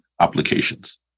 applications